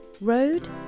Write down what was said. Road